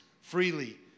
freely